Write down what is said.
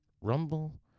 Rumble